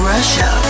Russia